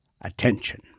attention